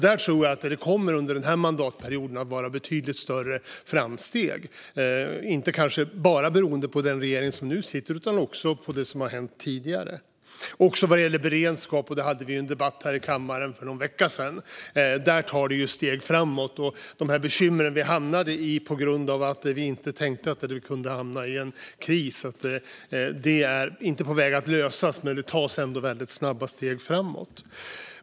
Där tror jag alltså att det under den här mandatperioden kommer att ske betydligt större framsteg - kanske inte bara beroende på den regering som nu sitter utan också beroende på det som har hänt tidigare. Även vad gäller beredskap, som vi hade en debatt om här i kammaren för någon vecka sedan, tas steg framåt. De bekymmer vi hamnade i på grund av att vi inte hade tänkt att vi kunde hamna i en kris är inte på väg att lösas, men det tas ändå väldigt snabba steg framåt.